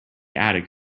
attic